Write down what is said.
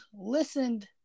listened